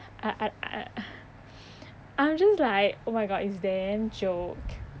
I I I I'm just like oh my god it's damn joke